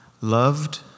loved